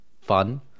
fun